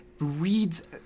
Reads